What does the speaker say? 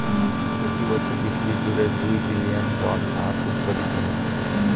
প্রতি বছর পৃথিবী জুড়ে দুই বিলিয়ন টন আখ উৎপাদিত হয়